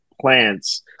plants